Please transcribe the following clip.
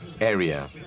area